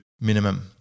minimum